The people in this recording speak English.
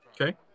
Okay